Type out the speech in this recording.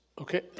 Okay